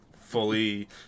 fully